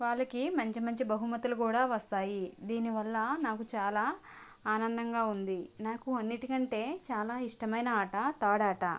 వాళ్ళకి మంచి మంచి బహుమతులు కూడా వస్తాయి దీని వల్ల నాకు చాలా ఆనందంగా ఉంది నాకు అన్నింటికంటే చాలా ఇష్టమైన ఆట తాడు ఆట